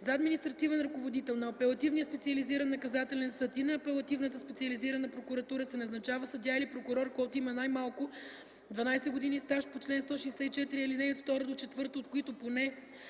За административен ръководител на апелативния специализиран наказателен съд и на апелативната специализирана прокуратура се назначава съдия или прокурор, който има най-малко 12 години стаж, по чл. 164, ал. 2-4, от които поне